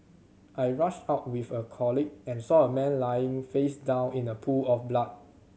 I rushed out with a colleague and saw a man lying face down in a pool of blood